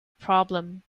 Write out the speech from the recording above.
problem